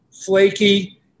flaky